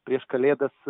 prieš kalėdas